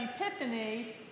Epiphany